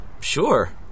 sure